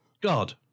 God